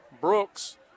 Brooks